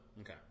Okay